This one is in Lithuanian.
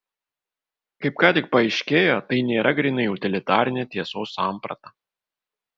kaip ką tik paaiškėjo tai nėra grynai utilitarinė tiesos samprata